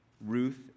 Ruth